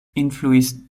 influis